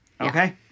Okay